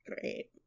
Great